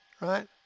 right